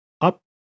up